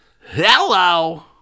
Hello